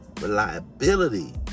reliability